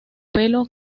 pelo